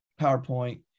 PowerPoint